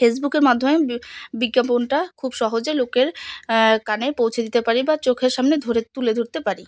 ফেসবুকের মাধ্যমে বিজ্ঞাপনটা খুব সহজে লোকের কানে পৌঁছে দিতে পারি বা চোখের সামনে ধরে তুলে ধরতে পারি